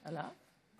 על האף?